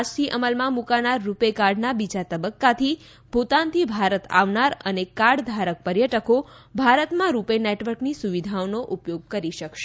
આજથી અમલમાં મુકાનાર રૂપે કાર્ડના બીજા તબક્કાથી ભુતાનથી ભારત આવનાર અને કાર્ડ ધારક પર્યટકો ભારતમાં રૂપે નેટવર્કની સુવિધાનો ઉપયોગ કરી શકશે